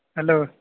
hello